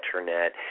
internet